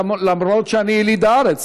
למרות שאני יליד הארץ